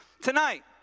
tonight